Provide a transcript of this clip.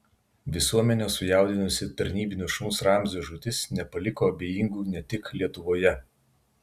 visuomenę sujaudinusi tarnybinio šuns ramzio žūtis nepaliko abejingų ne tik lietuvoje